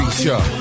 show